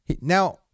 Now